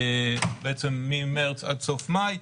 בעצם ממרץ עד סוף מאי,